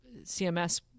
CMS